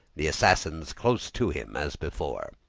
the assassins close to him, as before.